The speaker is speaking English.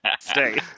Stay